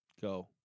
go